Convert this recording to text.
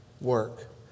work